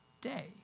day